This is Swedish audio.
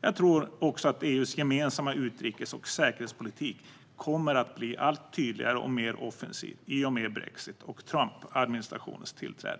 Jag tror också att EU:s gemensamma utrikes och säkerhetspolitik kommer att bli allt tydligare och mer offensiv i och med brexit och Trumpadministrationens tillträde.